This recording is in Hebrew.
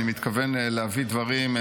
אני מתכוון להביא דברים,